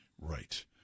Right